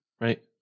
Right